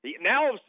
Now